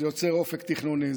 זה יוצר אופק תכנוני,